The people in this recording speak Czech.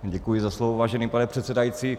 Děkuji za slovo, vážený pane předsedající.